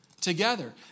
together